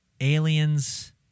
aliens